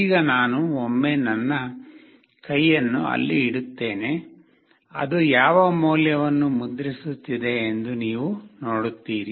ಈಗ ನಾನು ಒಮ್ಮೆ ನನ್ನ ಕೈಯನ್ನು ಅಲ್ಲಿ ಇಡುತ್ತೇನೆ ಅದು ಯಾವ ಮೌಲ್ಯವನ್ನು ಮುದ್ರಿಸುತ್ತಿದೆ ಎಂದು ನೀವು ನೋಡುತ್ತೀರಿ